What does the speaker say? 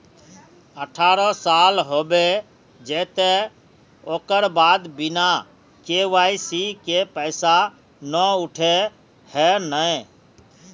अठारह साल होबे जयते ओकर बाद बिना के.वाई.सी के पैसा न उठे है नय?